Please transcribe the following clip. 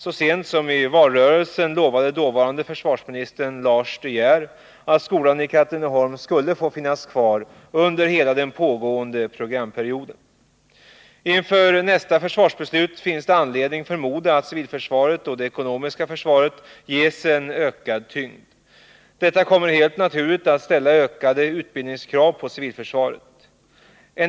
Så sent som i valrörelsen lovade den dåvarande försvarsministern Lars de Geer att civilförsvarsskolan i Katrineholm skulle få finnas kvar under hela den pågående programperioden. Inför nästa försvarsbeslut finns det anledning att förmoda att civilförsvaret och det ekonomiska försvaret ges en ökad tyngd. Detta kommer helt naturligt att ställa ökade krav på civilförsvaret när det gäller utbildningen.